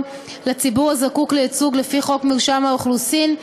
לציבור הזקוק לייצוג לפי חוק מרשם האוכלוסין,